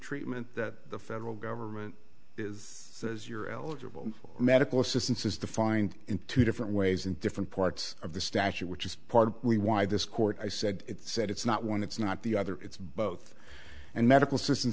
treatment that the federal government is as you're eligible for medical assistance is defined in two different ways in different parts of the statute which is part of we why this court i said said it's not one it's not the other it's both and medical system